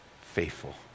faithful